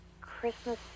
christmas